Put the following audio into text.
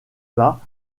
bas